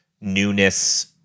newness